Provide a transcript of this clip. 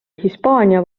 hispaania